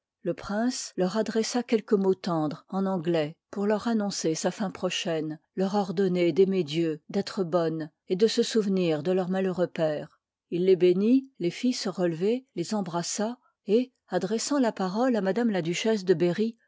le prince leur liy ii adressa quelques mots tendres en anglais pour leur annoncer sa fm prochaine leur ordonner d'aimer dieu d'être bonnes et de se souvenir de leur malheureux père il les bénit les fit se relever les embrassa et adressant la parole à m la duchesse de berry